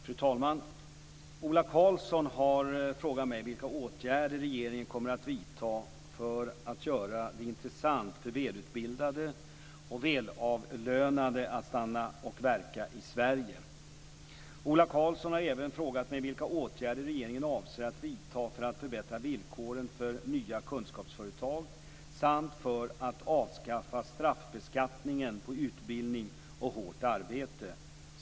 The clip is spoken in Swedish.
Fru talman! Ola Karlsson har frågat mig vilka åtgärder regeringen kommer att vidta för att göra det intressant för välutbildade och välavlönade att stanna och verka i Sverige. Ola Karlsson har även frågat mig vilka åtgärder regeringen avser att vidta för att förbättra villkoren för nya kunskapsföretag samt för att avskaffa straffbeskattningen på utbildning och hårt arbete.